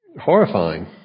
horrifying